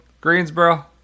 Greensboro